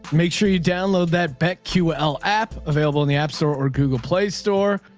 make sure you download that back. ql app available in the app store or google play store.